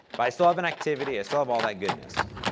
but i still have an activity, i still have all that goodness.